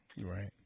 Right